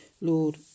Lord